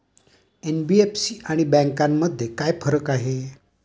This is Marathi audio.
एन.बी.एफ.सी आणि बँकांमध्ये काय फरक आहे?